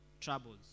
troubles